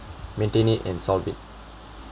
maintain it and solve it